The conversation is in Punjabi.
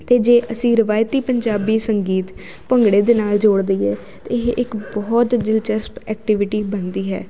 ਅਤੇ ਜੇ ਅਸੀਂ ਰਿਵਾਇਤੀ ਪੰਜਾਬੀ ਸੰਗੀਤ ਭੰਗੜੇ ਦੇ ਨਾਲ ਜੋੜ ਦੇਈਏ ਇਹ ਇੱਕ ਬਹੁਤ ਦਿਲਚਸਪ ਐਕਟੀਵਿਟੀ ਬਣਦੀ ਹੈ